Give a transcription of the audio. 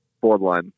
borderline